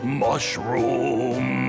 mushroom